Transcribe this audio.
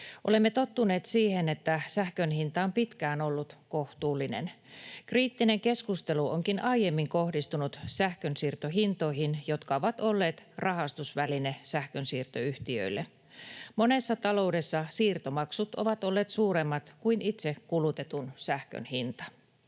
Olemme tottuneet siihen, että sähkön hinta on pitkään ollut kohtuullinen. Kriittinen keskustelu onkin aiemmin kohdistunut sähkönsiirtohintoihin, jotka ovat olleet rahastusväline sähkönsiirtoyhtiöille. Monessa taloudessa siirtomaksut ovat olleet suuremmat kuin itse kulutetun sähkön hinta.